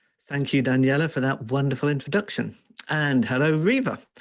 thank you daniella for that wonderful introduction and hello riva.